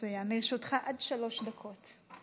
מצוין, לרשותך עד שלוש דקות.